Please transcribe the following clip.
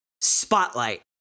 Spotlight